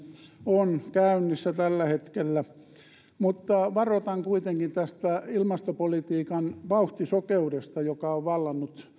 on käynnissä tällä hetkellä mutta varoitan kuitenkin tästä ilmastopolitiikan vauhtisokeudesta joka on vallannut